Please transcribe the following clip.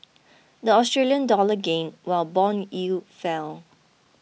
the Australian dollar gained while bond yields fell